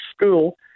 school